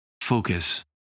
focus